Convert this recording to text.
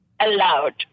allowed